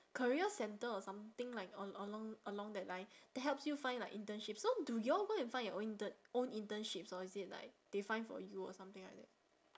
career centre or something like a~ along along that line that helps you find like internship so do y'all go and find your intern~ own internships or is it like they find for you or something like that